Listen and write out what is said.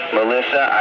Melissa